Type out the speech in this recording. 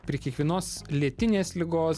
prie kiekvienos lėtinės ligos